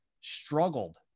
struggled